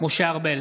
משה ארבל,